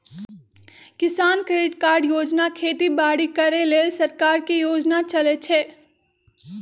किसान credit card योजना खेती बाड़ी करे लेल सरकार के योजना चलै छै